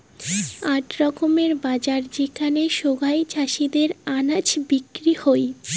আক রকমের বাজার যেখানে সোগায় চাষীদের আনাজ বিক্রি হউ